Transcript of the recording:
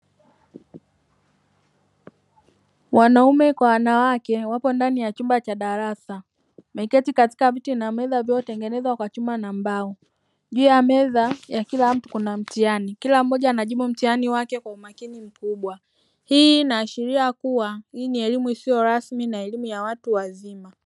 Wanaume kwa wanawake wapo ndani ya chumba cha darasa wameketi katika viti na meza vilivyotengenezwa kwa chuma na mbao, juu ya meza ya kila mtu kuna mtihani wake kwa umakini mkubwa, hii inaashiria kuwa, hii ni elimu isiyo rasmi na elimu ya watu wazima.